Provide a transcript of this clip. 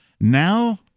now